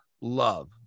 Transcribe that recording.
love